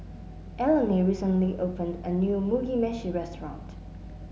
Eleni recently opened a new Mugi Meshi Restaurant